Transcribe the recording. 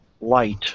Light